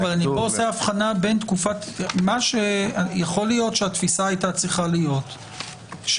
יכול להיות שהתפיסה הייתה צריכה להיות,